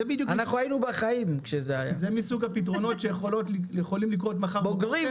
היינו בחיים כשזה היה -- זה מסוג הפתרונות שיכולים לקרות מחר בבוקר.